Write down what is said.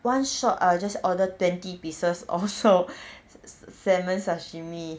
one shot I'll just order twenty pieces of sal~ salmon sashimi